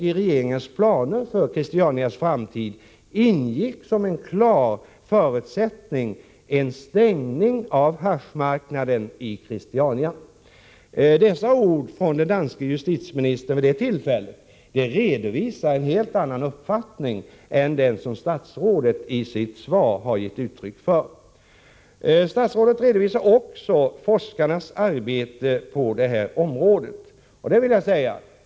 I regeringens planer för Christianias framtid ingick som en klar förutsättning en stängning av haschmarknaden i Christiania. Dessa ord från den danske justitieministern vid det tillfället visar en helt annan uppfattning än den som statsrådet i sitt svar har gett uttryck för. Statsrådet redovisar också forskarnas arbete på detta område.